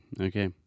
okay